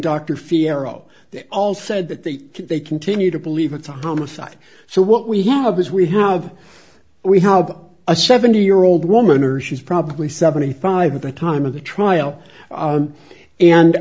dr fierro they all said that they could they continue to believe it's a homicide so what we have is we have we have a seventy year old woman or she's probably seventy five at the time of the trial